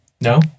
No